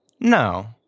No